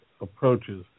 approaches